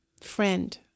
Friend